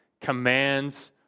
commands